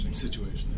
situation